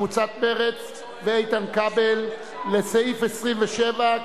קבוצת מרצ ואיתן כבל לסעיף 27,